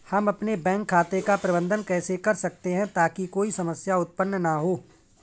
हम अपने बैंक खाते का प्रबंधन कैसे कर सकते हैं ताकि कोई समस्या उत्पन्न न हो?